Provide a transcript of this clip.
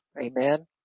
amen